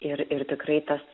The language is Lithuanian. ir ir tikrai tas